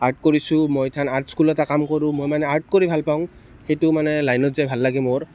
art কৰিছোঁ মই ইথান আৰ্ট স্কুলতে কাম কৰোঁ মই মানে আৰ্ট কৰি ভাল পাওঁ সেইটো মানে লাইনত যাই ভাল লাগে মোৰ